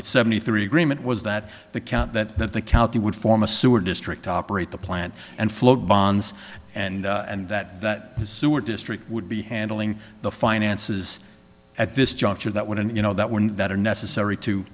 that seventy three agreement was that the count that that the county would form a sewer district operate the plant and float bonds and and that that sewer district would be handling the finances at this juncture that wouldn't you know that were and that are necessary to